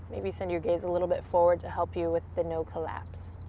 maybe send your gaze a little bit forward to help you with the no collapse.